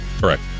correct